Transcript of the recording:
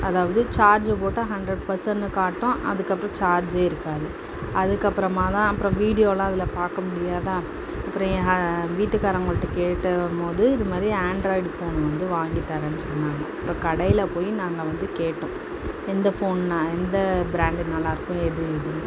அதாவது சார்ஜு போட்டால் ஹண்ட்ரெட் பர்ஸன்ட்னு காட்டும் அதுக்கப்புறம் சார்ஜே இருக்காது அதுக்கப்புறமா தான் அப்புறம் வீடியோயெலாம் அதில் பார்க்க முடியாது அப்புறம் என் ஹ வீட்டுக்காரங்கள்ட்ட கேட்டப்போது இது மாதிரி ஆண்ட்ராய்டு ஃபோன் வந்து வாங்கித் தரேன்னு சொன்னாங்க அப்போ கடையில் போய் நாங்கள் வந்து கேட்டோம் எந்த ஃபோன் எந்த பிராண்டு நல்லா இருக்கும் எது இதுன்னு